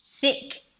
thick